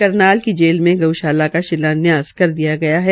करनाल की जेल में गऊशाला का शिलान्यास कर दिया गया है